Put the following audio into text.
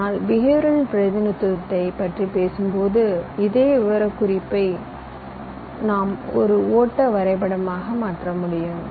ஆனால் behaviour level பிரதிநிதித்துவத்தைப் பற்றி பேசும்போது இதே விவரக்குறிப்பை நான் ஒரு ஓட்ட வரைபடமாக மாற்ற முடியும்